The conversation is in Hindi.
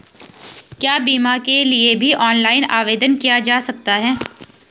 क्या बीमा के लिए भी ऑनलाइन आवेदन किया जा सकता है?